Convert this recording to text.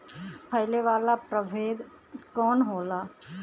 फैले वाला प्रभेद कौन होला?